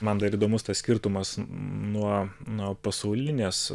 man dar įdomus tas skirtumas nuo nuo pasaulinės